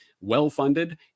well-funded